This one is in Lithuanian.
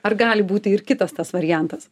ar gali būti ir kitas tas variantas